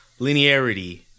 linearity